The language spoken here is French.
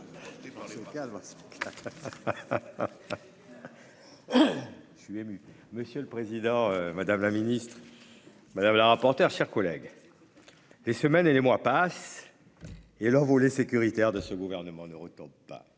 Monsieur le président, madame la ministre, mes chers collègues, « les semaines et les mois passent et l'envolée sécuritaire de ce gouvernement ne retombe pas